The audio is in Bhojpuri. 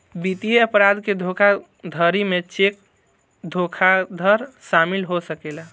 वित्तीय अपराध के धोखाधड़ी में चेक धोखाधड़ शामिल हो सकेला